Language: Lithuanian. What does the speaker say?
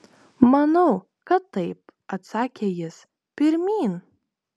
manau kad taip atsakė jis pirmyn